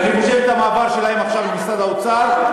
ואני חושב שהמעבר שלהם עכשיו למשרד האוצר,